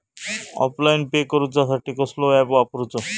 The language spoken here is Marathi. ऑनलाइन पे करूचा साठी कसलो ऍप वापरूचो?